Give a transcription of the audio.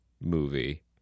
movie